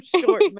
short